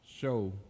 show